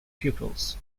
pupils